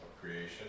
creation